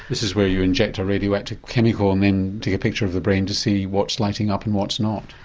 this is where you inject a radioactive chemical and then take a picture of the brain to see what's lighting up and what's not?